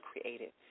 created